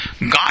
God